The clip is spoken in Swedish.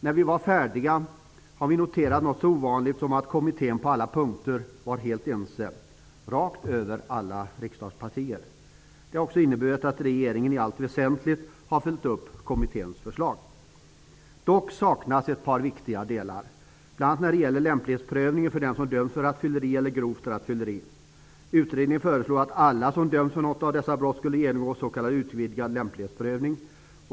När vi var färdiga noterade vi något så ovanligt som att kommittén på alla punkter var helt ense, rakt över alla riksdagspartier. Det har också inneburit att regeringen i allt väsentligt har följt upp kommitténs förslag. Dock saknas ett par viktiga delar. Det gäller bl.a. lämplighetsprövningen för dem som dömts för rattfylleri eller grovt rattfylleri. Utredningen föreslog att alla som döms för något av dessa brott skulle genomgå s.k. utvidgad lämplighetsprövning.